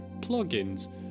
plugins